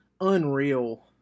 unreal